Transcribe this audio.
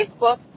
Facebook